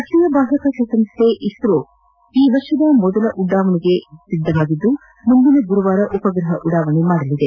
ರಾಷ್ಟೀಯ ಬಾಹ್ಯಾಕಾಶ ಸಂಸ್ಥೆ ಇಸ್ರೋ ಈ ವರ್ಷದ ಮೊದಲ ಉಡಾವಣೆಗೆ ಸಿದ್ದವಾಗಿದ್ದು ಮುಂದಿನ ಗುರುವಾರ ಉಪಗ್ರಹ ಉಡಾವಣೆ ಮಾಡಲಿದೆ